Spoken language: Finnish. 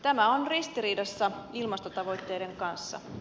tämä on ristiriidassa ilmastotavoitteiden kanssa